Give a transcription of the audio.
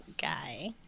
guy